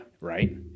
right